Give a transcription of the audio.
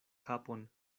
kapon